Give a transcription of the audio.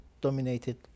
dominated